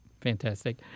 Fantastic